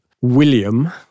William